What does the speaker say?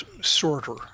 sorter